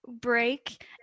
break